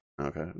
Okay